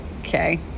okay